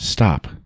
Stop